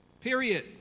Period